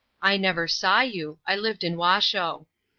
i never saw you, i lived in washoe.